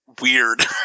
weird